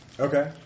Okay